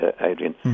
Adrian